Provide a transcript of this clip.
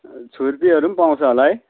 छुर्पीहरू नि पाउँछ होला है